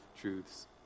truths